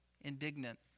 indignant